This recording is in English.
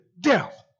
death